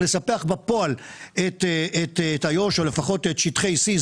לספח בפועל את איו"ש או לפחות את שטחי C,